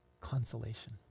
consolation